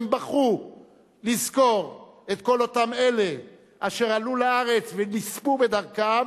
הם בחרו לזכור את כל אותם אלה אשר עלו לארץ ונספו בדרכם